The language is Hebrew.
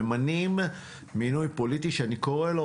ממנים מינוי פוליטי שאני קורא לו